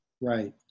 right